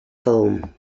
film